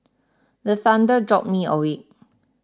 the thunder jolt me awake